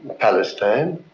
palestine.